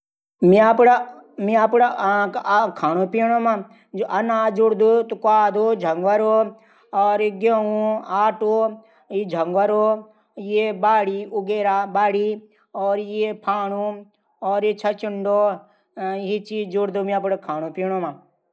मि अपड खांणू पीणू मा जू अनाज जुडदू क्वादू झगरू ग्यूं झंगरू बाडी उगैरा फाणू छचंडू ई चीज जुडदू मी अपडू खाणू मा।